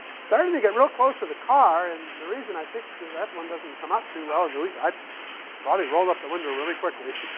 starting to get real close to the car, and the reason i think that one doesn't come up too well is i probably rolled up the window really quickly,